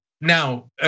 now